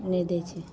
नहि दै छै